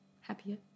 happier